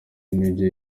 n’ibyo